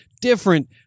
different